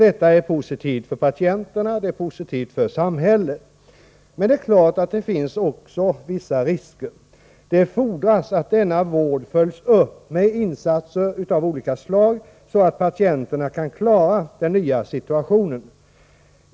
Detta är positivt för patienterna och för samhället. Men det är klart att det också finns vissa risker. Det fordras att denna vård följs upp med insatser av olika slag, så att patienterna kan klara den nya situationen.